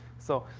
so,